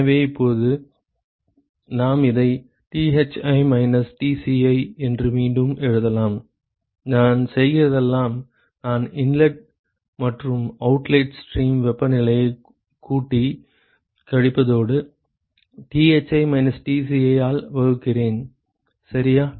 எனவே இப்போது நாம் இதை Thi மைனஸ் Tci என்று மீண்டும் எழுதலாம் நான் செய்கிறதெல்லாம் நான் இன்லெட் மற்றும் அவுட்லெட் ஸ்ட்ரீம் வெப்பநிலையைக் கூட்டி கழிப்பதோடு Thi மைனஸ் Tci ஆல் வகுக்கிறேன் சரியா